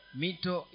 mito